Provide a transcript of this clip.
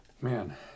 man